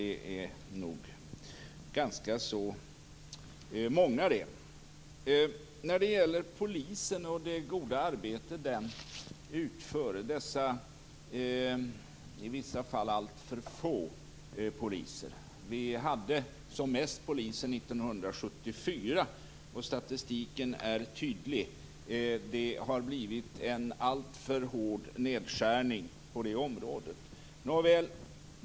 Det är nog ganska många. Sedan gäller det polisen och det goda arbete de i vissa fall alltför få poliserna utför. Vi hade som mest poliser 1974. Statistiken är tydlig. Det har blivit en alltför hård nedskärning på det området.